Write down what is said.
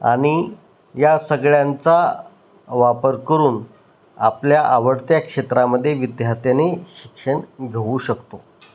आणि या सगळ्यांचा वापर करून आपल्या आवडत्या क्षेत्रामध्ये विद्यार्थ्याने शिक्षण घेऊ शकतो